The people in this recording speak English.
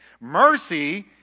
Mercy